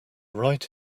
right